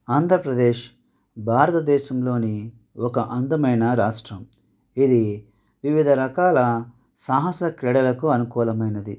ఆంధ్రప్రదేశ్ భారతదేశంలోని ఒక అందమైన రాష్ట్రం ఇది వివిధ రకాల సాహస క్రీడలకు అనుకూలమైనది